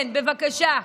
כן, בבקשה.